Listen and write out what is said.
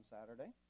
Saturday